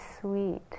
sweet